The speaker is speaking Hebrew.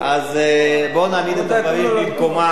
אז בואו ונעמיד את הדברים במקומם.